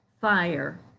fire